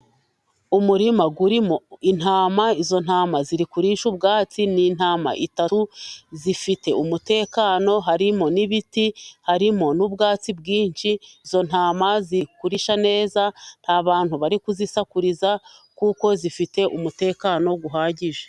Umurima urimo intama , izo ntama ziri kurisha ubwatsi. Ni intama eshatu zifite umutekano. Harimo n'ibiti, harimo n'ubwatsi bwinshi. Izo ntama ziri kurisha neza, nta bantu bari kuzisakuriza kuko zifite umutekano uhagije.